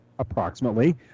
Approximately